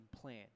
plan